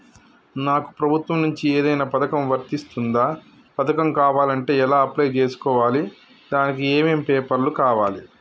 నాకు ప్రభుత్వం నుంచి ఏదైనా పథకం వర్తిస్తుందా? పథకం కావాలంటే ఎలా అప్లై చేసుకోవాలి? దానికి ఏమేం పేపర్లు కావాలి?